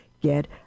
Get